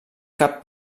cap